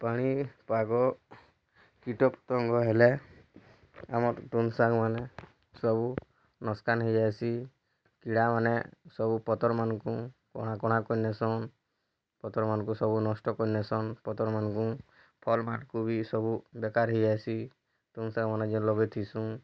ପାଣିର୍ ପାଗ କୀଟପତଙ୍ଗ ହେଲେ ଆମର୍ ତୁନ୍ ଶାଗ୍ମାନେ ସବୁ ନସକାନ୍ ହେଇଯାଇସି କିଡ଼ାମାନେ ସବୁ ପତରମାନଙ୍କୁ କଣା କଣା କରିନେସନ୍ ପତରମାନଙ୍କୁ ସବୁ ନଷ୍ଟ କରିନେସନ୍ ପତରମାନଙ୍କୁ ଫଲ୍ମାନଙ୍କୁ ବି ସବୁ ବେକାର ହେଇଯାଇସି ତୁନ୍ ଶାଗମାନେ ଯେନ୍ ଲଗାଇଥିସୁଁ